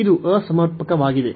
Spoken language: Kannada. ಇದು ಅಸಮರ್ಪಕವಾಗಿದೆ